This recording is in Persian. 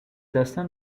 داستان